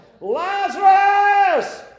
Lazarus